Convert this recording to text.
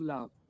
Love